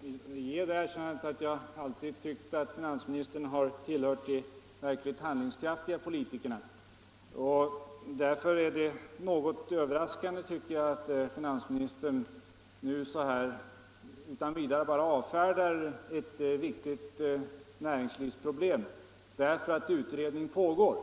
ge finansministern det erkännandet att jag under de år som jag varit i riksdagen alltid har tyckt att finansministern har tillhört de verkligt handlingskraftiga politikerna. Därför finner jag det något överraskande att finansministern nu utan vidare avfärdar ett viktigt näringslivsproblem därför att utredning pågår.